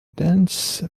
dense